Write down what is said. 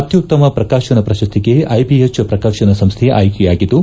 ಅತ್ಯುತ್ತಮ ಪ್ರಕಾಶನ ಪ್ರಶಸ್ತಿಗೆ ಐಬಿಹೆಚ್ ಪ್ರಕಾಶನ ಸಂಸ್ಥೆ ಆಯ್ಲೆಯಾಗಿದ್ದು